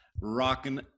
Rocking